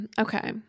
Okay